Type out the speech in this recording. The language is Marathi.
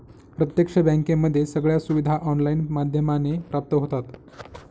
प्रत्यक्ष बँकेमध्ये सगळ्या सुविधा ऑनलाईन माध्यमाने प्राप्त होतात